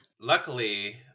Luckily